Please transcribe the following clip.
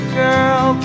girl